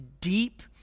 deep